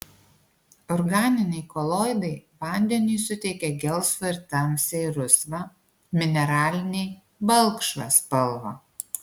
organiniai koloidai vandeniui suteikia gelsvą ir tamsiai rusvą mineraliniai balkšvą spalvą